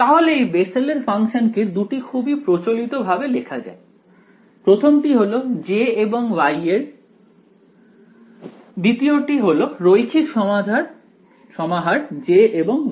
তাহলে এই বেসেলের ফাংশন কে দুটি খুবই প্রচলিত ভাবে লেখা যায় প্রথমটি হলো J এবং Y দ্বিতীয়টি হল রৈখিক সমাহার J এবং Y এর